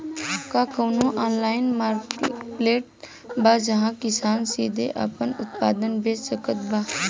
का कउनों online marketplace बा जहां किसान सीधे आपन उत्पाद बेच सकत बा?